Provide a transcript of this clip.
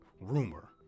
rumor